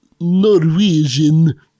Norwegian